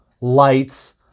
lights